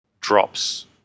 drops